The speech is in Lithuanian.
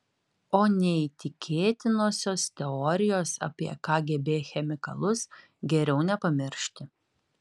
o neįtikėtinosios teorijos apie kgb chemikalus geriau nepamiršti